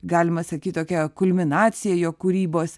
galima sakyt tokia kulminacija jo kūrybos